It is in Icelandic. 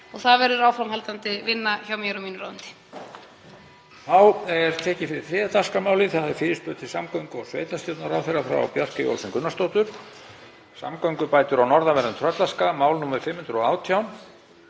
og það verður áframhaldandi vinna hjá mér og mínu ráðuneyti.